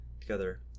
together